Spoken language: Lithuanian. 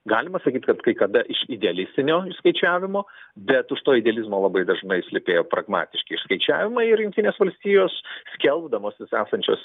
galima sakyt kad kai kada iš idealistinio išskaičiavimo bet už to idealizmo labai dažnai slypėjo pragmatiški išskaičiavimai ir jungtinės valstijos skelbdamosis esančios